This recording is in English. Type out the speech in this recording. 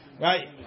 right